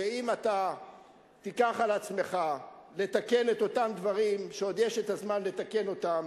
שאם תיקח על עצמך לתקן את אותם דברים שעוד יש הזמן לתקן אותם,